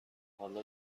حالا